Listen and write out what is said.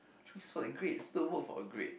it's for a grades the work for a grade